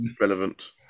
relevant